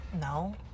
no